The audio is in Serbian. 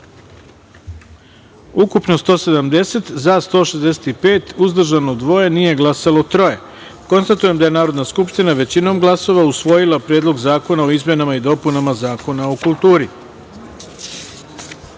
ukupno – 170, za – 165, uzdržano – dvoje, nije glasalo troje. Konstatujem da je Narodna skupština, većinom glasova, usvojila Predlog zakona o izmenama i dopunama Zakona o kulturi. Podsećam